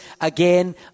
Again